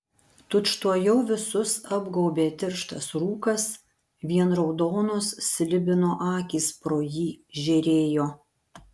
tučtuojau visus apgaubė tirštas rūkas vien raudonos slibino akys pro jį žėrėjo